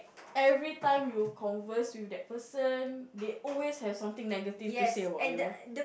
every time you converse with that person they always have something negative to say about you